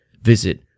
Visit